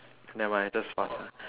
nevermind just pass ah